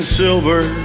silver